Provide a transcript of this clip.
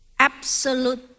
Absolute